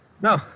No